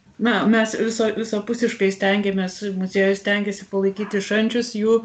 na me visa visapusiškai stengiamės muziejus stengiasi palaikyti šančius jų